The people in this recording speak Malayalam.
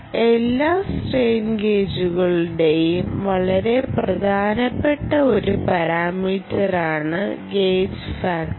എല്ലാ സ്ട്രെയിൻ ഗേജുകളുടേയും വളരെ പ്രധാനപ്പെട്ട ഒരു പാരാമീറ്ററാണ് ഗേജ് ഫാക്ടർ